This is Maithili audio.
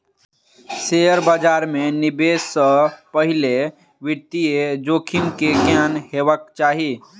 शेयर बाजार मे निवेश से पहिने वित्तीय जोखिम के ज्ञान हेबाक चाही